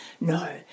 no